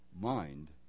mind